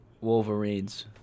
Wolverines